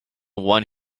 one